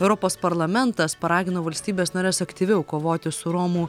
europos parlamentas paragino valstybes nares aktyviau kovoti su romų